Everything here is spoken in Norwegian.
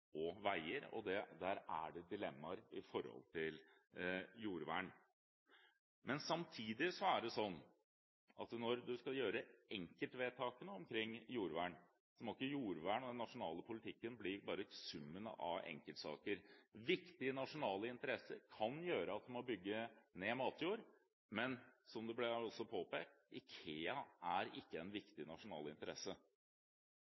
og veier. Der er det dilemmaer i forhold til jordvern. Men samtidig er det sånn at når man skal gjøre enkeltvedtakene omkring jordvern, må ikke jordvern og den nasjonale politikken bare bli summen av enkeltsaker. Viktige nasjonale interesser kan gjøre at man må bygge ned matjord, men, som det også ble påpekt, IKEA er ikke en